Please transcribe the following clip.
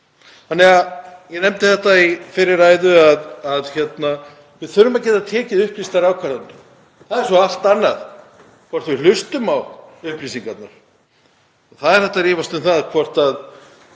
vinna með. Ég nefndi það í fyrri ræðu að við þurfum að geta tekið upplýstar ákvarðanir. Það er svo allt annað hvort við hlustum á upplýsingarnar. Það er hægt að rífast um það hvort